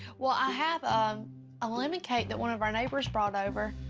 well i have um a lemon cake that one of our neighbors brought over.